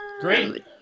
great